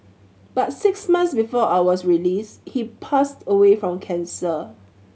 but six months before I was released he passed away from cancer